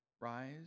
rise